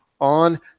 on